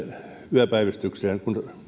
yöpäivystykseen